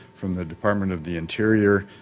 from the department of the interior,